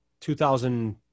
2000